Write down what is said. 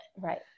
Right